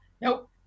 nope